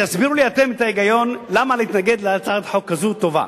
תסבירו לי אתם את ההיגיון למה להתנגד להצעת חוק כזאת טובה.